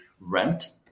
rent